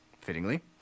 fittingly